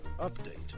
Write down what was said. update